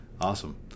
Awesome